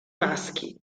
maschi